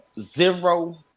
zero